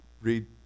read